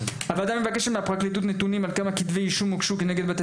הוועדה מבקשת מהפרקליטות נתונים על כמות כתבי האישום שהוגשו כנגד בתי